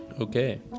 okay